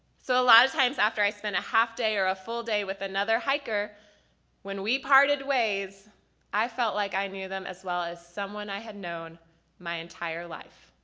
so a lot of times after i spent a half day or a full day with another hiker when we parted ways i felt like i knew them as well as someone i had known my entire life.